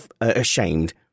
ashamed